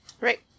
Right